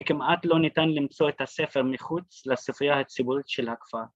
‫כמעט לא ניתן למצוא את הספר ‫מחוץ לספרייה הציבורית של הכפר.